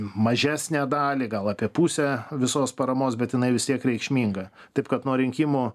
mažesnę dalį gal apie pusę visos paramos bet jinai vis tiek reikšminga taip kad nuo rinkimų